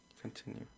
Continue